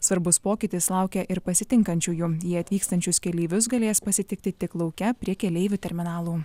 svarbus pokytis laukia ir pasitinkančiųjų jie atvykstančius keleivius galės pasitikti tik lauke prie keleivių terminalų